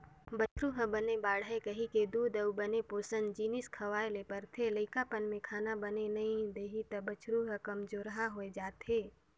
बछरु ह बने बाड़हय कहिके दूद अउ बने पोसन जिनिस खवाए ल परथे, लइकापन में खाना बने नइ देही त बछरू ह कमजोरहा हो जाएथे